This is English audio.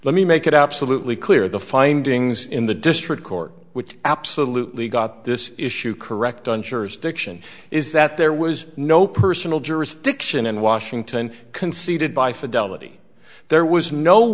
let me make it absolutely clear the findings in the district court which absolutely got this issue correct on jurisdiction is that there was no personal jurisdiction in washington conceded by fidelity there was no